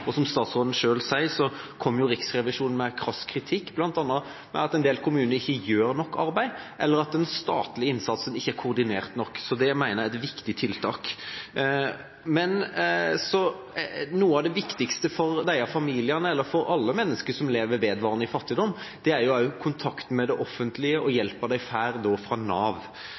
Som statsråden selv sier, kom Riksrevisjonen med krass kritikk, bl.a. med hensyn til at en del kommuner ikke gjør nok arbeid, eller at den statlige innsatsen ikke er koordinert nok. Det mener jeg er et viktig tiltak. Noe av det viktigste for disse familiene og for alle mennesker som lever vedvarende i fattigdom, er kontakten med det offentlige og